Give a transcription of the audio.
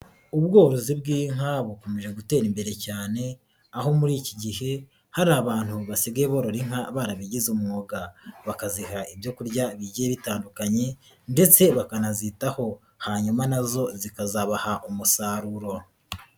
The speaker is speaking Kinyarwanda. Ubworozi bw'inka bukomeje gutera imbere cyane, aho muri iki gihe hari abantu basigaye borora inka barabigize umwuga, bakaziha ibyo kurya bigiye bitandukanye ndetse bakanazitaho, hanyuma na zo zikazabaha umusaruro.